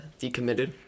decommitted